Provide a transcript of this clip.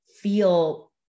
feel